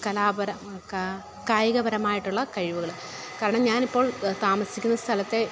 കലാപര കായികപരമായിട്ടൊള്ള കഴിവുകൾ കാരണം ഞാനിപ്പോൾ താമസിക്കുന്ന സ്ഥലത്തെ